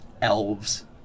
elves